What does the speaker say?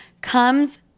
comes